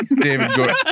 david